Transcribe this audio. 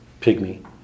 pygmy